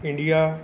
India